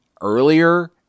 earlier